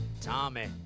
Tommy